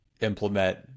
implement